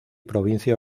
provincia